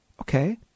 Okay